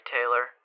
Taylor